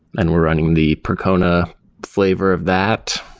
and we're running the percona flavor of that.